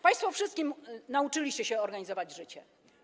Państwo wszystkim nauczyliście się organizować życie.